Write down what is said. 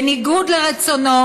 בניגוד לרצונו,